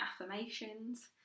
affirmations